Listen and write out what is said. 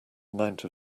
amount